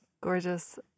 Gorgeous